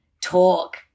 talk